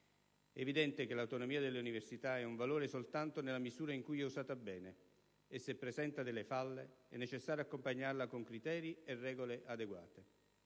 È evidente che l'autonomia delle università è un valore soltanto nella misura in cui è usata bene e, se presenta delle falle, è necessario accompagnarla con criteri e regole adeguate.